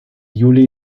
juli